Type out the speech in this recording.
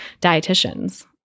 dietitians